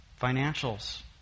Financials